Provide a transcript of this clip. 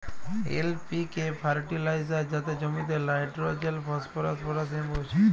LPK fertilizer যাতে জমিতে nitrogen, phosphorus, potassium পৌঁছায়